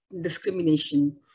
discrimination